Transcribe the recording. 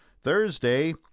Thursday